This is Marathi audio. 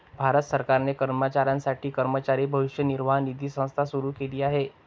भारत सरकारने कर्मचाऱ्यांसाठी कर्मचारी भविष्य निर्वाह निधी संस्था सुरू केली आहे